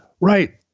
right